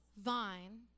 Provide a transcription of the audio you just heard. vine